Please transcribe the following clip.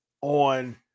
on